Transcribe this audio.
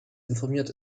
informiert